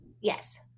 yes